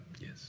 yes